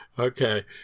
okay